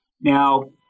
Now